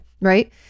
right